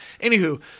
anywho